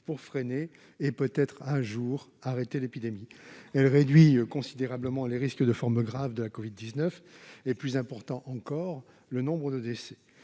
pour freiner, et peut-être un jour arrêter l'épidémie. Elle réduit considérablement les risques de formes graves de la covid-19 et, plus important encore, le nombre de décès.